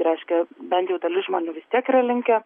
reiškia bent jau dalis žmonių vis tiek yra linkę